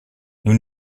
nous